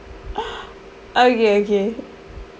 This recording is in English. okay okay